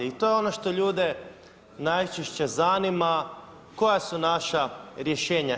I to je ono što ljude najčešće zanima, koja su naša rješenja.